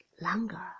longer